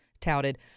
touted